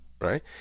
Right